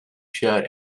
shut